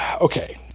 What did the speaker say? okay